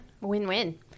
win-win